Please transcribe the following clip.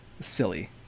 Silly